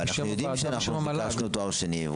אבל אנחנו יודעים שאנחנו ביקשנו תואר שני.